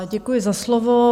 Děkuji za slovo.